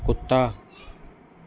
ਕੁੱਤਾ